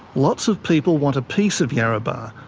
lots of people want a piece of yarrabah,